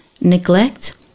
neglect